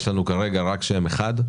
יש לנו כרגע רק שם אחד: